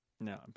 No